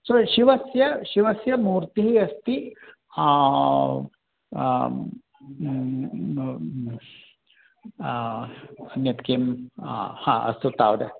सो शिवस्य शिवस्य मूर्तिः अस्ति अन्यत् किं हा अस्तु तावत्